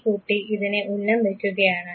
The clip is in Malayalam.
ഈ കുട്ടി ഇതിനെ ഉന്നം വെക്കുകയാണ്